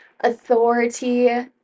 authority